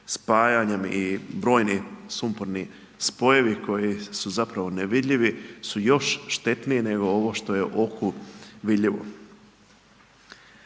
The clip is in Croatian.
spajanjem i brojni sumporni spojevi koji su zapravo nevidljivi su još štetniji nego ovo što je oku vidljivo.